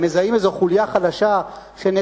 הם מזהים איזו חוליה חלשה שנגדה,